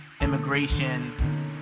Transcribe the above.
Immigration